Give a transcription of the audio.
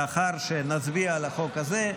לאחר שנצביע על החוק הזה,